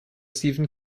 stephen